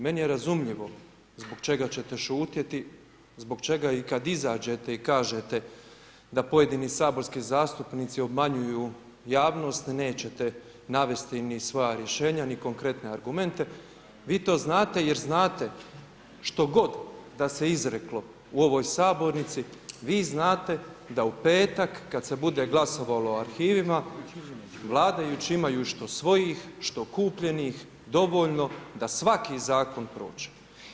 Meni je razumljivo zbog čega ćete šutjeti, zbog čega i kada izađete i kažete da pojedini saborski zastupnici obmanjuju javnost nećete navesti ni svoja rješenja ni konkretne argumente, vi to znate jer znate što god da se izreklo u ovoj sabornici, vi znate da u petak kada se bude glasovalo o arhivima vladajući imaju što svojih, što kupljenih dovoljno da svaki zakon prođe.